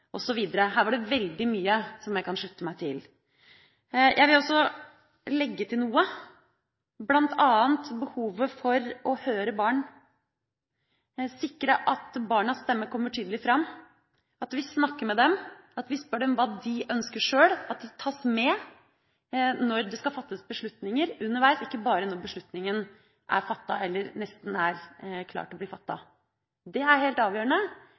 var det veldig mye som jeg kan slutte meg til. Jeg vil også legge til noe, bl.a. behovet for å høre barn og sikre at barnas stemme kommer tydelig fram, at vi snakker med dem, at vi spør dem hva de sjøl ønsker, at de tas med når det skal fattes beslutninger underveis, ikke bare når beslutninga nesten er klar til å bli fattet. Det er helt avgjørende